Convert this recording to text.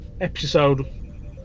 episode